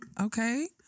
Okay